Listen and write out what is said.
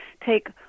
take